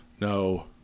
no